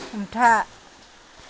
हमथा